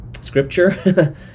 scripture